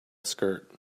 skirt